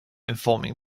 informing